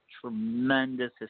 tremendous